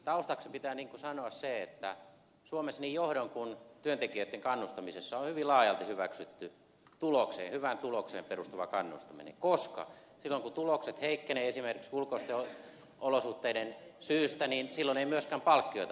taustaksi pitää sanoa se että suomessa niin johdon kuin työntekijöitten kannustamisessa on hyvin laajalti hyväksytty hyvään tulokseen perustuva kannustaminen koska silloin kun tulokset heikkenevät esimerkiksi ulkoisten olosuhteiden syystä silloin ei myöskään palkkioita makseta